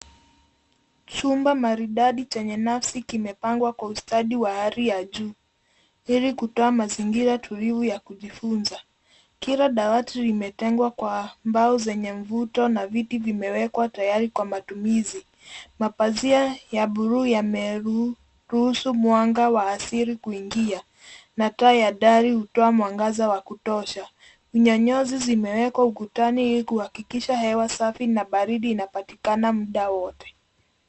Chumba maridadi chenye nafsi kimepangwa kwa ustadi wa hali ya juu ili kutoa mazingira tulivu ya kujifunza. Kila dawati limetengwa kwa mbao zenye mvuto na viti vimewekwa tayari kwa matumizi. Mapazia ya bluu yameru- ruhusu mwanga wa asili kuingia na taa ya dari hutoa mwangaza wa kutosha. Vinyonyozi zimewekwa ukutani ili kuhakikisha hewa safi na baridi inapatikana mda wowote.